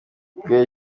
guhera